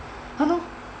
!huh!